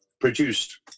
produced